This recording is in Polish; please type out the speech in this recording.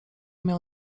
miał